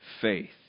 faith